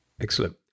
Excellent